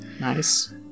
Nice